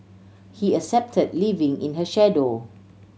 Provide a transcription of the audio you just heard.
he accepted living in her shadow